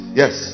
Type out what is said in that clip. yes